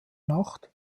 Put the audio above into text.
nacht